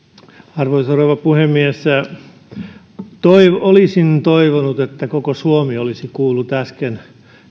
arvoisa rouva puhemies olisin toivonut että koko suomi olisi kuullut äsken